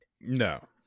No